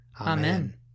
Amen